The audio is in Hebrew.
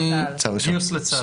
גיוס לצה"ל.